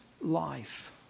life